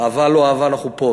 אהבה, לא אהבה, אנחנו פה.